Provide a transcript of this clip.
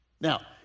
Now